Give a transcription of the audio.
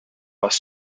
bus